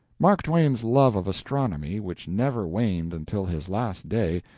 mark twain's love of astronomy, which never waned until his last day,